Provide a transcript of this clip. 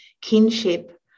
kinship